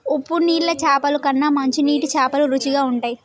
ఉప్పు నీళ్ల చాపల కన్నా మంచి నీటి చాపలు రుచిగ ఉంటయ్